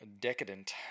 decadent